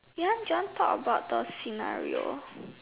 ya do you want talk about the scenario